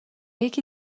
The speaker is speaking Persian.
یکی